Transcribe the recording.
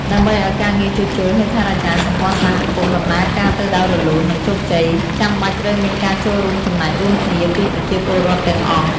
ដើម្បីឲ្យការងារជួសជុលហេដ្ឋារចនាសម្ព័ន្ធសហគមន៍ដំណើរការទៅដោយរលូន និងជោគជ័យ ចាំបាច់ត្រូវមានការចូលរួមចំណែករួមគ្នាពីប្រជាពលរដ្ឋទាំងអស់។